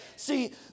See